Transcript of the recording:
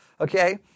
Okay